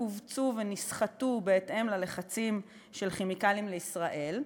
כווצו ונסחטו בהתאם ללחצים של "כימיקלים לישראל",